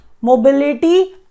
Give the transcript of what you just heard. mobility